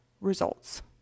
results